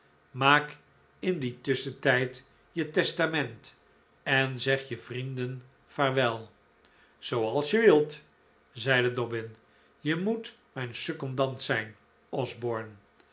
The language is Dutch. maak in dien tusschentijd je testament en zeg je vrienden vaarwel zooals je wilt zeide dobbin jij moet mijn secondant zijn osborne